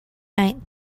night